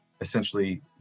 essentially